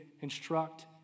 instruct